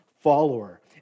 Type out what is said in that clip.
follower